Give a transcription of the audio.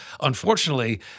Unfortunately